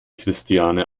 christiane